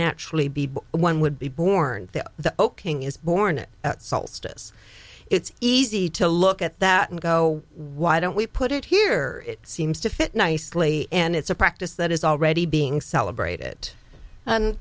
naturally be one would be born the oking is born at solstice it's easy to look at that and go why don't we put it here it seems to fit nicely and it's a practice that is already being celebrated and